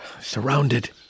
Surrounded